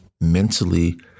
Mentally